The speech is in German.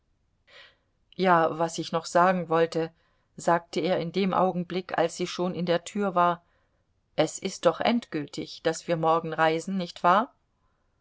ja was ich noch sagen wollte sagte er in dem augenblick als sie schon in der tür war es ist doch endgültig daß wir morgen reisen nicht wahr